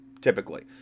typically